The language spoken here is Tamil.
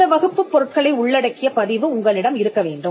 அந்த வகுப்புப் பொருட்களை உள்ளடக்கிய பதிவு உங்களிடம் இருக்க வேண்டும்